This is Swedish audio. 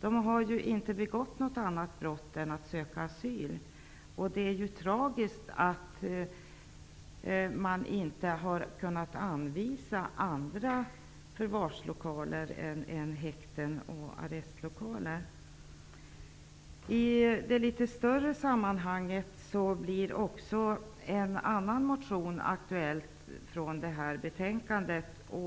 De har ju inte begått något annat brott än att söka asyl, och det är tragiskt att man inte har kunnat anvisa andra förvarslokaler än häkten och arrestlokaler. I det litet större sammanhanget blir också en annan motion från detta betänkande aktuell